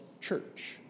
church